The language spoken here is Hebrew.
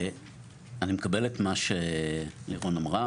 אני מקבל את מה שלירון אמרה,